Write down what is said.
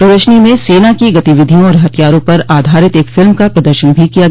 प्रदर्शनी में सेना की गतिविधियों और हथियारों पर आधारित एक फिल्म का प्रदर्शन भी किया गया